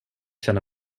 känna